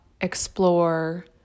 explore